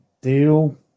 deal